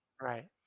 Right